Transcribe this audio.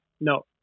no